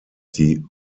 die